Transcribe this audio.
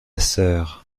sœur